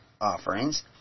offerings